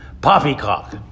Poppycock